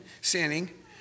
sinning